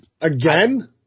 Again